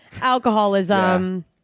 alcoholism